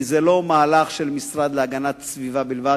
כי זה לא מהלך של משרד להגנת סביבה בלבד.